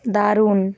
দারুণ